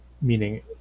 meaning